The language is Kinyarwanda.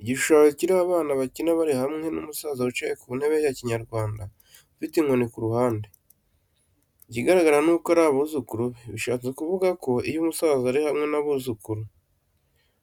Igishushanyo kiriho abana bakina bari hamwe n'umusaza wicaye ku ntebe ya kinyarwanda, ufite inkoni ku ruhande. Ikigaragara ni uko ari abuzukuru be, bishatse kuvuga ko iyo umusaza ari hamwe n'abuzukuru,